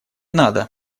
надо